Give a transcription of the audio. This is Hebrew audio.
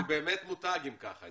זה באמת מותג, אם ככה.